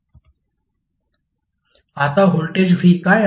आता voltage v काय आहे